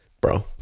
bro